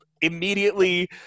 Immediately